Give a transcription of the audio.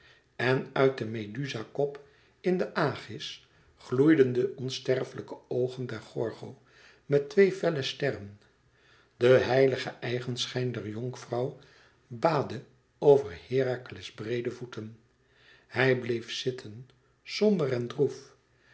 en uit de meduza kop in den aigis gloeiden de onsterfelijke oogen der gorgo met twee felle sterren de heilige eigenschijn der jonkvrouw baadde over herakles breede voeten hij bleef zitten somber en droef